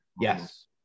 yes